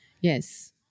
Yes